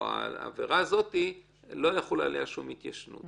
העבירה הזאת לא תחול עליה שום התיישנות.